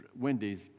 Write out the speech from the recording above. Wendy's